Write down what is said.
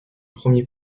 premier